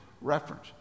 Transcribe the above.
reference